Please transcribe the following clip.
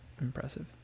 impressive